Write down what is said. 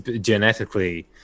genetically